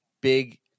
big